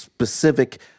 specific